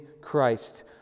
Christ